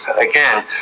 again